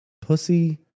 Pussy